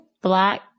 black